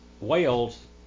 Wales